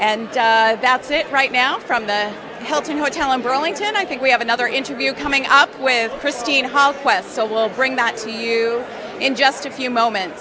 and that's it right now from the helton hotel in burlington i think we have another interview coming up with christine hall quest so we'll bring that to you in just a few moments